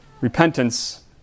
Repentance